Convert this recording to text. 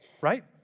right